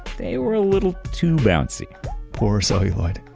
they were a little too bouncy poor celluloid,